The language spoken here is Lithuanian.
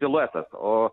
siluetas o